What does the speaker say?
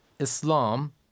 Islam